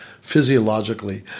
physiologically